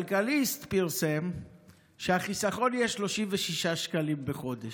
כלכליסט פרסם שהחיסכון יהיה 36 שקלים בחודש.